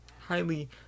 highly